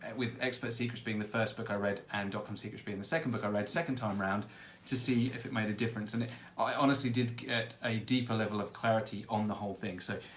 with expert secrets being the first book i read and dotcom secrets being the second book i read second time round to see if it made a difference and i honestly did get a deeper level of clarity on the whole thing. so,